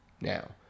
Now